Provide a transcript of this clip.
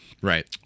Right